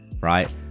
right